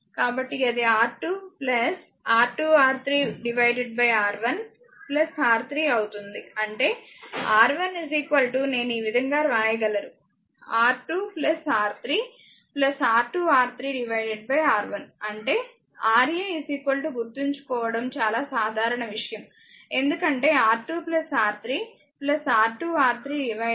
కాబట్టి అది R2 R2R3 R1 R3అవుతుంది అంటే Ra నేను ఈ విధంగా వ్రాయగలరు R2 R3 R2R3 R1 అంటేRa గుర్తుంచుకోవడం చాలా సాధారణ విషయం ఎందుకంటే R2 R3 R2R3 ఎదుటి రెసిస్టెన్స్ R1